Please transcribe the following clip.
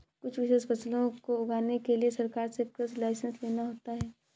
कुछ विशेष फसलों को उगाने के लिए सरकार से कृषि लाइसेंस लेना होता है